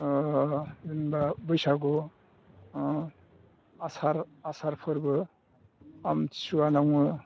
जेनेबा बैसागु आसार फोरबो आमथिसुवा होनना बुङो